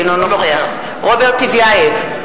אינו נוכח רוברט טיבייב,